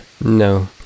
No